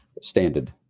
standard